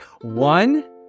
One